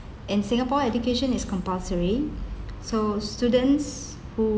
in singapore education is compulsory so students